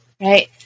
right